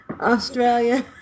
Australia